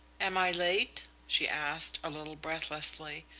am i late? she asked, a little breathlessly.